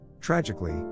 Tragically